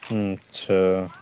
अच्छा